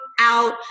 out